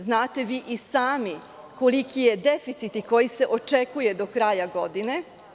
Znate vi i sami koliki je deficit i koliko se očekuje do kraja godine.